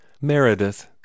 Meredith